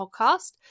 podcast